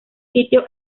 sitio